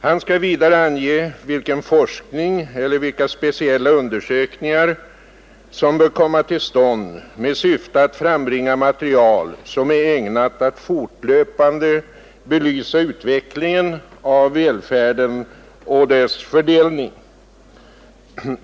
Han skall vidare ange vilken forskning eller vilka speciella undersökningar som bör komma till stånd med syfte att frambringa material som är ägnat att fortlöpande belysa utvecklingen av välfärden och dess fördelning.